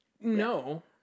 No